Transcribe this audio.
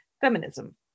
feminism